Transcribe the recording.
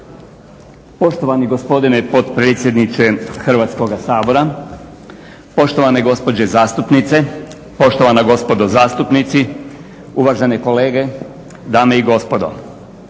Poštovani gospodine potpredsjedniče Hrvatskoga sabora, poštovane gospođe zastupnice, poštovana gospodo zastupnici, uvažene kolege, dame i gospodo.